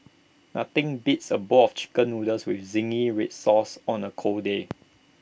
nothing beats A bowl of Chicken Noodles with Zingy Red Sauce on A cold day